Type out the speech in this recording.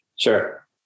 Sure